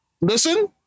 Listen